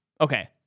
okay